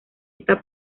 esta